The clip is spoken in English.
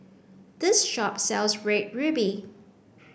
this shop sells red ruby